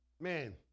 Man